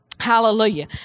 Hallelujah